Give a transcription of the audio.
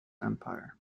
empire